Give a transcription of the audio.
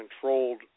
controlled